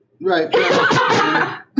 Right